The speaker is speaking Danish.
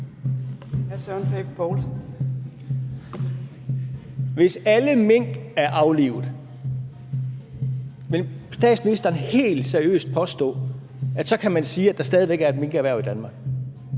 Hvis alle mink er aflivet, vil statsministeren så helt seriøst påstå, at man kan sige, at der stadig væk er et minkerhverv i Danmark?